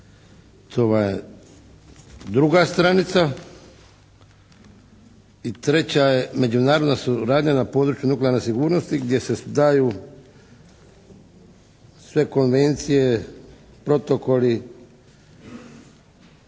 vam je druga stranica. I treća je međunarodna suradnja na području nuklearne sigurnosti gdje se daju sve konvencije, protokoli